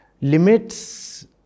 limits